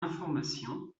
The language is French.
informations